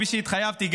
כפי שהתחייבתי,